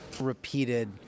repeated